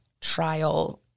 trial